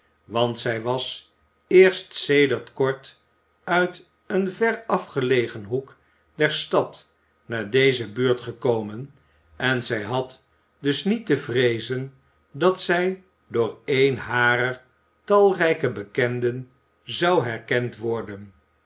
want zij was eerst sedert kort uit een verafgelegen hoek der stad naar deze buurt gekomen en zij had dus niet te vreezen dat zij door een harer talrijke bekenden zou herkend worden